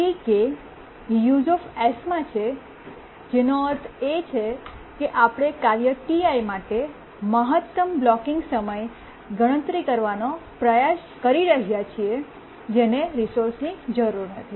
Tk Useમાં છે જેનો અર્થ એ છે કે આપણે કાર્ય Ti માટે મહત્તમ બ્લોકિંગ સમય ગણતરી કરવાનો પ્રયાસ કરી રહ્યા છીએ જેને રિસોર્સની જરૂર નથી